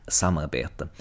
samarbete